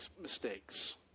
mistakes